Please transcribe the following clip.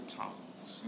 tongues